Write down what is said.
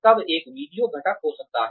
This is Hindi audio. तब एक वीडियो घटक हो सकता है